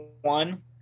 one